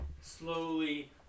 slowly